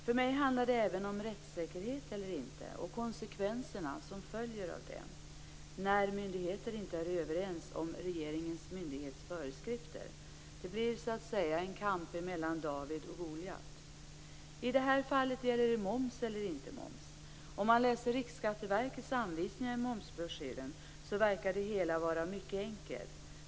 För mig handlar det även om rättssäkerhet eller inte och om konsekvenserna av att myndigheter inte är överens om regeringens myndighetsföreskrifter. Det blir så att säga en kamp mellan David och Goliat. I det här fallet gäller det moms eller inte moms. Om man läser Riksskatteverkets anvisningar i momsbroschyren verkar det hela vara mycket enkelt.